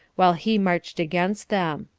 while he marched against them.